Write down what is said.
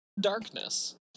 darkness